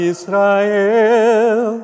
Israel